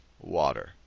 water